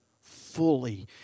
fully